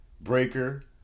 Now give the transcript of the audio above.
Breaker